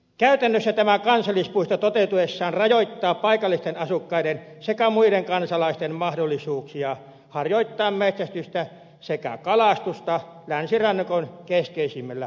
käytännössä tämä kansallispuisto toteutuessaan rajoittaa paikallisten asukkaiden sekä muiden kansalaisten mahdollisuuksia harjoittaa metsästystä sekä kalastusta länsirannikon keskeisimmällä ulkomerialueella